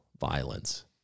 violence